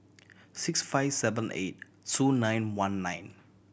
six five seven eight two nine one nine